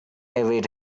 await